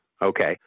Okay